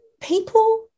people